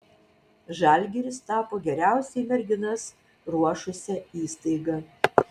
žalgiris tapo geriausiai merginas ruošusia įstaiga